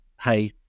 hey